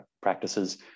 practices